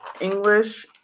English